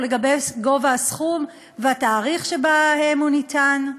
לגבי גובה הסכום והתאריך שבו הוא ניתן.